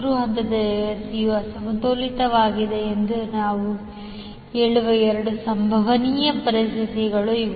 ಮೂರು ಹಂತದ ವ್ಯವಸ್ಥೆಯು ಅಸಮತೋಲಿತವಾಗಿದೆ ಎಂದು ನಾವು ಹೇಳುವ ಎರಡು ಸಂಭವನೀಯ ಪರಿಸ್ಥಿತಿಗಳು ಇವು